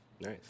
Nice